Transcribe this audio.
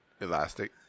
elastic